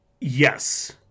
Yes